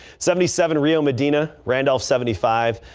seventy seven rio medina randall seventy five,